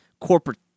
corporate